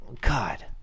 God